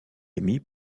émis